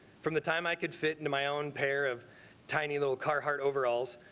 from the time i could fit into my own pair of tiny little carhartt overalls.